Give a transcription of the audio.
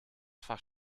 fach